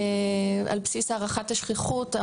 על בסיס הערכת השכיחות,